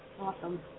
Awesome